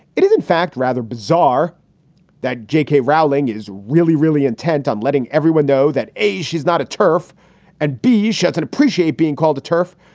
it is, in fact, rather bizarre that j k. rowling is really, really intent on letting everyone know that, a, she's not a turf and b, shares and appreciate being called a turf,